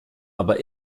aber